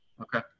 Okay